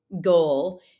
goal